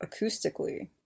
acoustically